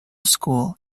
school